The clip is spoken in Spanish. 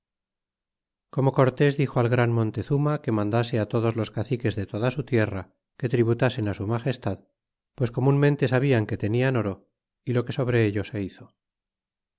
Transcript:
como corta s dixo al gran montezuma que mandase á todos los caciques de toda su tierra que tributasen su elagestad pues comunmente sabian que tenian oro y lo que sobre ello se hizo